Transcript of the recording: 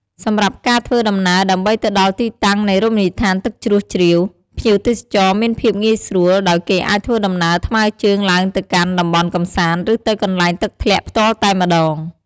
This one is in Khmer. សម្រាប់ការធ្វើដំណើរដើម្បីទៅដល់ទីតាំងនៃរមណីយដ្ឋានទឹកជ្រោះជ្រាវ ភ្ញៀវទេសចរមានភាពងាយស្រួលដោយគេអាចធ្វើដំណើរថ្មើរជើងឡើងទៅកាន់តំបន់កម្សាន្តឬទៅកន្លែងទឹកធ្លាក់ផ្ទាល់តែម្តង ។